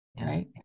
right